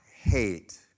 hate